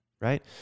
Right